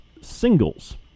singles